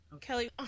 Kelly